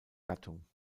gattung